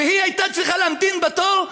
והיא הייתה צריכה להמתין בתור,